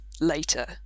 later